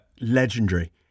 legendary